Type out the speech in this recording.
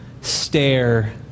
stare